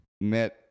met